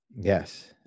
yes